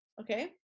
okay